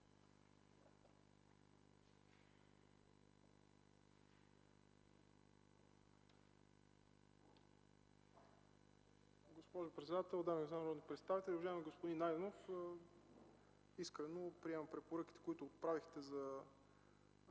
Уважаеми господин Найденов, искрено приемам препоръките, които отправихте, за